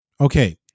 Okay